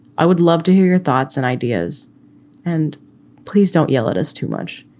i would love to hear your thoughts and ideas and please don't yell at us too much.